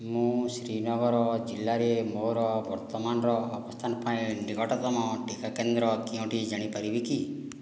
ମୁଁ ଶ୍ରୀନଗର ଜିଲ୍ଲାରେ ମୋର ବର୍ତ୍ତମାନର ଅବସ୍ଥାନ ପାଇଁ ନିକଟତମ ଟିକା କେନ୍ଦ୍ର କେଉଁଟି ଜାଣିପାରିବି କି